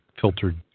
filtered